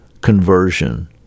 conversion